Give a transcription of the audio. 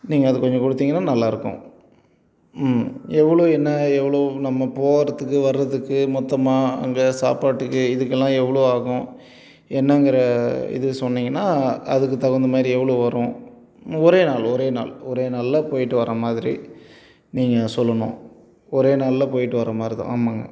நீங்கள் அது கொஞ்சம் கொடுத்திங்கன்னா நல்லாயிருக்கும் ம் எவ்வளோ என்ன எவ்வளோ நம்ம போகிறதுக்கு வர்றதுக்கு மொத்தமாக அங்கே சாப்பாட்டுக்கு இதுக்கெல்லாம் எவ்வளோ ஆகும் என்னங்கிற இது சொன்னிங்கன்னா அதுக்கு தகுந்தமாதிரி எவ்வளோ வரும் ஒரே நாள் ஒரே நாள் ஒரே நாளில் போய்ட்டு வர மாதிரி நீங்கள் சொல்லணும் ஒரே நாளில் போய்ட்டு வர மாதிரிதான் ஆமாங்க